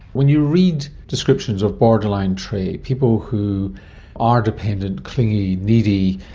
when you read descriptions of borderline trait, people who are dependent, clingy, needy,